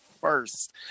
first